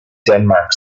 denmark